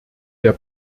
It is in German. der